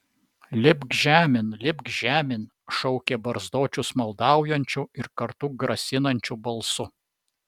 lipk žemėn lipk žemėn šaukė barzdočius maldaujančiu ir kartu grasinančiu balsu